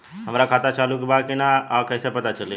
हमार खाता चालू बा कि ना कैसे पता चली?